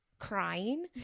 crying